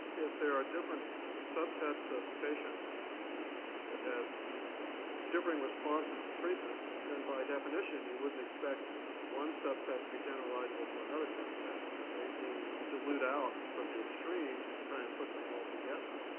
if there are different subsets of patients that have different responses to treatments, then by definition you wouldn't expect one subset to be generalizable to another subset. it may be you dilute out from the extremes if you try and put them all together.